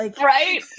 right